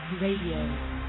Radio